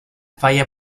falla